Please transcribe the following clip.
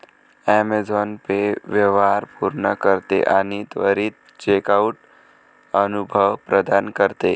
Amazon pay व्यवहार पूर्ण करते आणि त्वरित चेकआउट अनुभव प्रदान करते